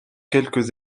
quelques